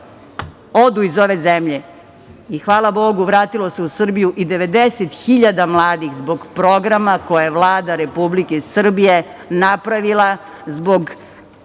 odu iz ove zemlje i, hvala bogu, vratilo se u Srbiju i 90.000 mladih zbog programa koji je Vlada Republike Srbije napravila zbog